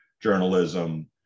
journalism